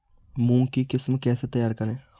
मूंग की किस्म कैसे तैयार करें?